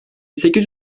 sekiz